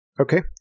Okay